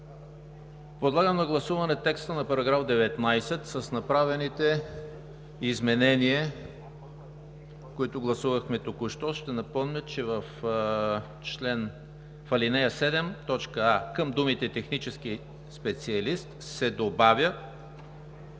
Подлагам на гласуване текста на § 19 с направените изменения, които гласувахме току-що. Ще напомня, че в ал. 7, точка „а“ към думите „технически специалист“ се добавя